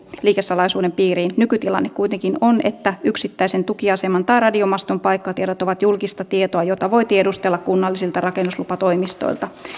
liikesalaisuuden piiriin nykytilanne kuitenkin on että yksittäisen tukiaseman tai radiomaston paikkatiedot ovat julkista tietoa jota voi tiedustella kunnallisilta rakennuslupatoimistoilta